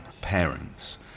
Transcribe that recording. parents